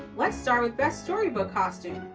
let's start with best storybook costume.